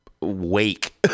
wake